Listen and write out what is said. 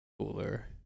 cooler